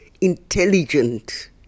intelligent